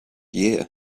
year